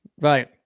right